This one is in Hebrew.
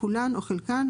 כולן או חלקן,